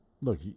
Look